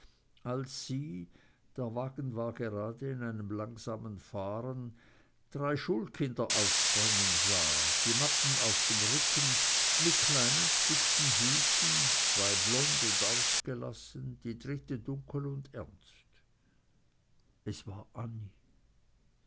als sie der wagen war gerade in einem langsamen fahren drei schulkinder aufspringen sah die mappen auf dem rücken mit kleinen spitzen hüten zwei blond und ausgelassen die dritte dunkel und ernst es war annie